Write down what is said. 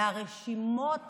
והרשימות השחורות,